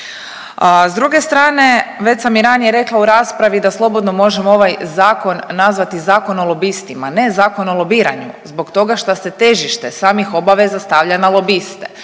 S druge strane, već sam i ranije rekla u raspravi da slobodno možemo ovaj Zakon nazvati zakon o lobistima, ne zakon o lobiranju, zbog toga što se težište samih obaveza stavlja na lobiste,